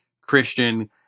Christian